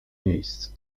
miejsc